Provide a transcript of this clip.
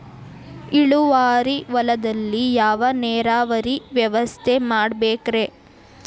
ಇಳುವಾರಿ ಹೊಲದಲ್ಲಿ ಯಾವ ನೇರಾವರಿ ವ್ಯವಸ್ಥೆ ಮಾಡಬೇಕ್ ರೇ?